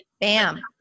bam